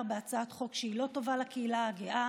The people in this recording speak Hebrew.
בהצעת חוק שהיא לא טובה לקהילה הגאה,